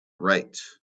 right